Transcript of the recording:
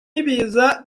ibiza